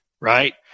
right